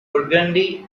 burgundy